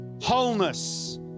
Wholeness